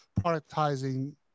productizing